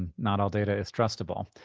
and not all data is trustable.